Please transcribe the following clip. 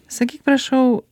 sakyk prašau